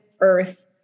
earth